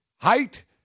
Height